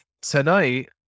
Tonight